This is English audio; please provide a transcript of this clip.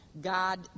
God